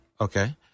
Okay